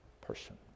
person